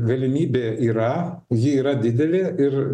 galimybė yra ji yra didelė ir